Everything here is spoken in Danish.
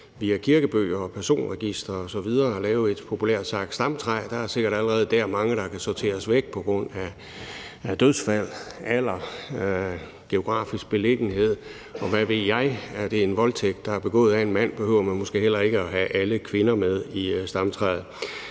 via kirkebøger, personregistre osv. gå i gang med populært sagt at lave et stamtræ. Der er sikkert allerede dér mange, der kan sorteres fra på grund af dødsfald, alder, geografisk placering, og hvad ved jeg. Er det en voldtægt, der er begået af en mand, behøver man måske heller ikke at have alle kvinder med i stamtræet.